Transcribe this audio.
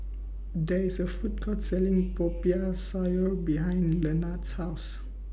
There IS A Food Court Selling Popiah Sayur behind Lenard's House